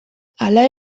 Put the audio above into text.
hala